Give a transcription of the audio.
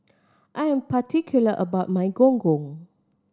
I am particular about my Gong Gong